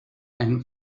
and